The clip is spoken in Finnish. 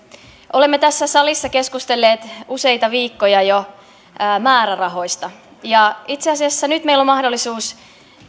olemme tässä salissa keskustelleet jo useita viikkoja määrärahoista itse asiassa nyt meillä on mahdollisuus